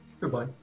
Goodbye